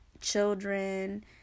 children